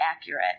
accurate